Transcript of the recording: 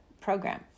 program